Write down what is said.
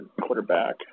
quarterback